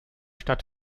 stadt